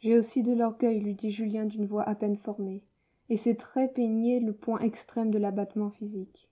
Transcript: j'ai aussi de l'orgueil lui dit julien d'une voix à peine formée et ses traits peignaient le point extrême de l'abattement physique